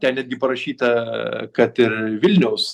ten netgi parašyta kad ir vilniaus